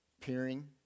peering